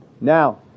Now